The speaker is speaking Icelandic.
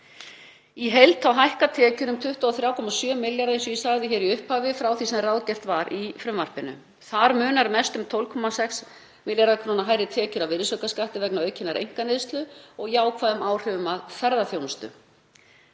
Í heild hækka tekjur um 23,7 milljarða, eins og ég sagði í upphafi, frá því sem ráðgert var í frumvarpinu. Þar munar mest um 12,6 milljarða kr. hærri tekjur af virðisaukaskatti vegna aukinnar einkaneyslu og jákvæðra áhrifa af ferðaþjónustu.